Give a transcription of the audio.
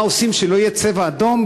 מה עושים שלא יהיה "צבע אדום",